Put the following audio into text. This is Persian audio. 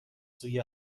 سوی